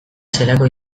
zelako